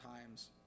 times